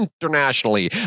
internationally